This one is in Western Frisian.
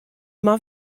mar